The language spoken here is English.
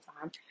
time